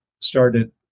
started